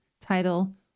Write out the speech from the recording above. title